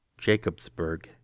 Jacobsburg